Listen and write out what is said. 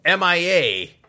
MIA